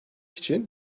için